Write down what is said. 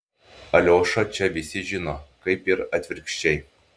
aliošą čia visi žino kaip ir atvirkščiai